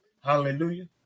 Hallelujah